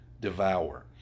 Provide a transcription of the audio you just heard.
devour